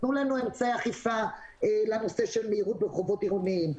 תנו לנו אמצעי אכיפה לנושא של מהירות ברחובות עירוניים.